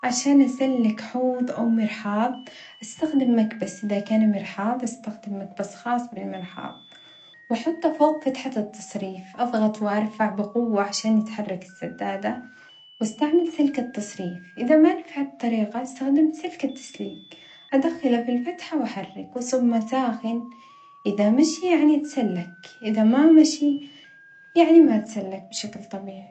عشان أسلك حوظ أو مرحاظ أستخدم مكبس إذا كان مرحاظ أستخدم مكبس خاص بالمرحاظ وأحطه فوق فتحة التصريف أظغط وأرفع بقوة عشان يتحرك السدادة وأستعمل سلك التصريف إذا ما نفعت الطريقة أستخدم سلك التسليك أدخله في الفتحة وأحرك وأصب ماء ساخن إذا مشي يعني اتسلك إذا ما مشي يعني ما اتسلك بشكل طبيعي.